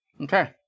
Okay